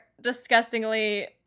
disgustingly